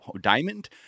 Diamond